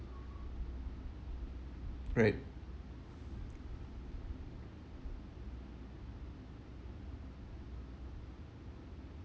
right